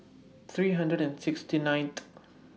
three hundred and sixty ninth